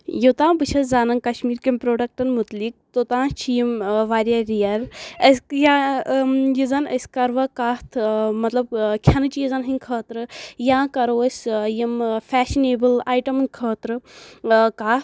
یوتام بہٕ چھس زانان کٔشمیر کٮ۪ن پروڈکٹن متعلِق توٚتام چھِ یم واریاہ رِیَر أسۍ یا یُس زَن أسۍ کروا کتھ مطلب کھیٚنہٕ چیٖزن ہنٛدۍ خٲطرٕ یا کرو أسۍ یم فیشنیبٕل ایٹمن خٲطرٕ کتھ